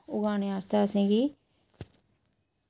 उगाने आस्तै असेंगी